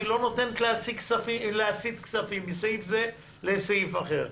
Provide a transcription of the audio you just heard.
והיא לא נותנת להסיט כספים מסעיף זה לסעיף אחר.